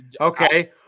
Okay